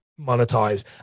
monetize